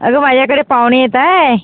अगं माझ्याकडे पाहुणे येत आहेत